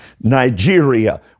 Nigeria